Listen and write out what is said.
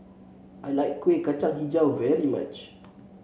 I like Kueh Kacang hijau very much